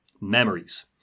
Memories